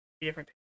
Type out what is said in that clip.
different